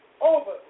over